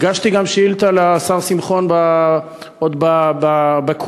הגשתי גם שאילתה לשר שמחון עוד בכהונתו,